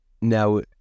Now